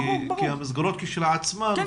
כי המסגרות כשלעצמן פורמלית הוחרגו.